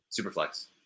Superflex